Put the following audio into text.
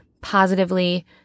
positively